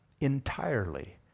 entirely